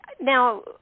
Now